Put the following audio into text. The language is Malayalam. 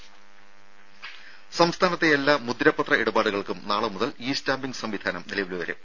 രും സംസ്ഥാനത്തെ എല്ലാ മുദ്രപത്ര ഇടപാടുകൾക്കും നാളെ മുതൽ ഇ സ്റ്റാമ്പിങ് സംവിധാനം നിലവിൽവരും